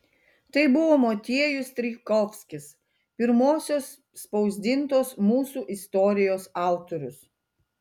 tai buvo motiejus strijkovskis pirmosios spausdintos mūsų istorijos autorius